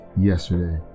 yesterday